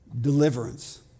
deliverance